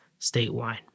statewide